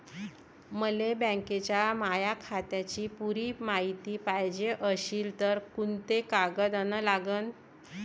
मले बँकेच्या माया खात्याची पुरी मायती पायजे अशील तर कुंते कागद अन लागन?